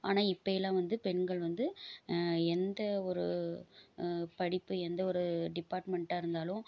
ஆனால் இப்பையலாம் வந்து பெண்கள் வந்து எந்த ஒரு படிப்பு எந்த ஒரு டிபார்ட்மண்ட்டாக இருந்தாலும்